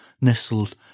nestled